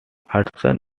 hudson